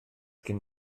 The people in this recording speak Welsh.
gen